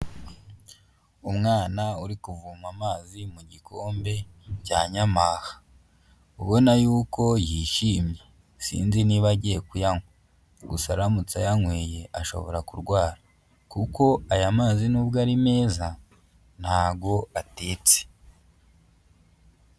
Umwana uri kuvoma amazi mu gikombe cya nyamaha, ubona y'uko yishimye, sinzi niba agiye kuyanywa, gusa aramutse ayanyweye ashobora kurwara kuko aya mazi n'ubwo ari meza ntabwo atetse.